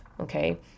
Okay